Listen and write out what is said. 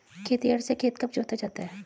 खेतिहर से खेत कब जोता जाता है?